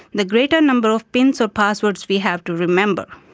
the greater number of pins or passwords we have to remember.